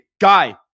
guy